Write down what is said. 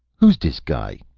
who's dis guy.